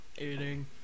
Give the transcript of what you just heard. Eating